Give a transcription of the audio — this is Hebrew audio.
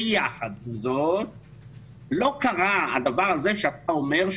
יחד עם זאת לא קרה הדבר הזה שאתה אומר,